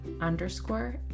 underscore